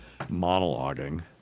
monologuing